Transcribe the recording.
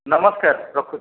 ନମସ୍କାର ରଖୁଛି